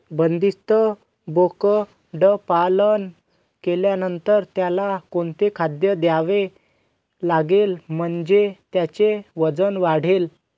बंदिस्त बोकडपालन केल्यानंतर त्याला कोणते खाद्य द्यावे लागेल म्हणजे त्याचे वजन वाढेल?